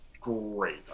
great